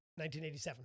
1987